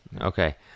Okay